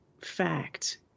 fact